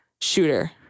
shooter